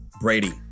Brady